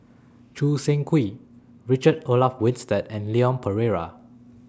Choo Seng Quee Richard Olaf Winstedt and Leon Perera